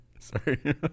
Sorry